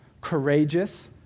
courageous